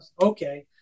okay